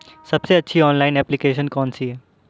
सबसे अच्छी online application कौन सी है?